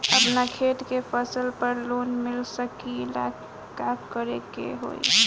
अपना खेत के फसल पर लोन मिल सकीएला का करे के होई?